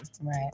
Right